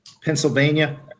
Pennsylvania